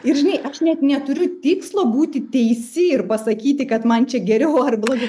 ir žinai aš net neturiu tikslo būti teisi ir pasakyti kad man čia geriau ar blogiau